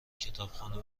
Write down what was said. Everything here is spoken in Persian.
کتابخانه